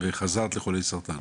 וחזרת לחולי סרטן.